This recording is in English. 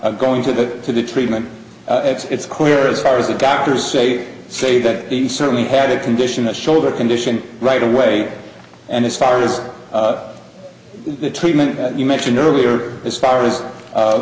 about going to the to the treatment it's clear as far as the doctors say say that he certainly had a condition a shoulder condition right away and as far as the treatment that you mentioned earlier as far as